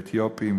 לאתיופים,